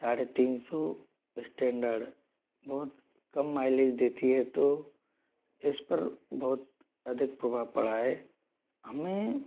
साढ़े तीन सौ स्टैंडर्ड बहुत कम माइलेज देती है तो इस पर बहुत अधिक प्रभाव पड़ा है हमें